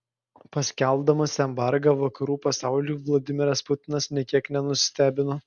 paskelbdamas embargą vakarų pasauliui vladimiras putinas nė kiek nenustebino